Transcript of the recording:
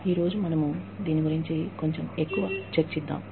ఈ రోజు మనము దీని గురించి కొంచెం ఎక్కువ చర్చిద్దాము